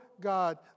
God